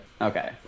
Okay